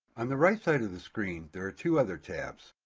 on the right side of the screen there are two other tabs.